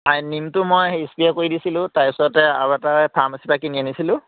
ছাৰে নিমটো মই সেই স্প্ৰে কৰি দিছিলোঁ তাৰ পিছতে আৰু এটা এই ফাৰ্মাচিৰপৰা কিনি আনিছিলোঁ